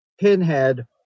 Pinhead